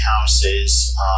houses